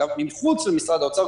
הם מחוץ למשרד האוצר,